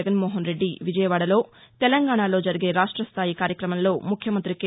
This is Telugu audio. జగన్మోహన్ రెద్ది విజయవాడలో తెలంగాణలో జరిగే రాష్టస్థాయి కార్యక్రమంలో ముఖ్యమంతి కె